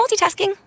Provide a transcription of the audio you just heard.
multitasking